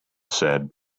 said